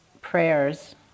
prayers